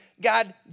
God